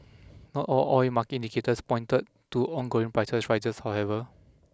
not all oil market indicators pointed to ongoing price rises however